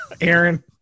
Aaron